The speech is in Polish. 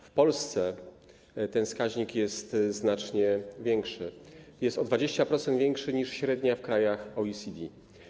W Polsce ten wskaźnik jest znacznie wyższy, jest o 20% wyższy niż średnia w krajach OECD.